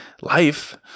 life